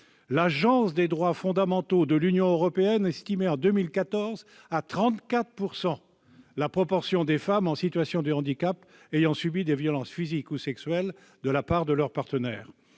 l'Agence des droits fondamentaux de l'Union européenne estimait à 34 % la proportion des femmes en situation de handicap qui avaient subi des violences physiques ou sexuelles de la part de leur partenaire.